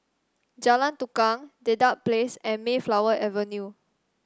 Jalan Tukang Dedap Place and Mayflower Avenue